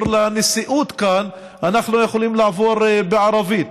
לנשיאות כאן אנחנו יכולים לעבור לערבית,